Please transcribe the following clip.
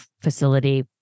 facility